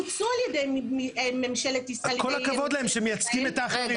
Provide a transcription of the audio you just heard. פוצו על ידי ממשלת ישראל --- כל הכבוד להם שהם מייצגים את האחרים.